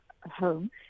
home